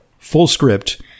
Fullscript